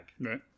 right